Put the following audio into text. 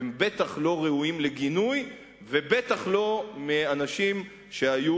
בטח לא ראויים לגינוי ובטח לא מאנשים שהיו